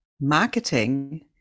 marketing